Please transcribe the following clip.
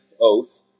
oath